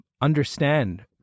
understand